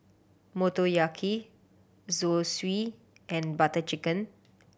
Motoyaki Zosui and Butter Chicken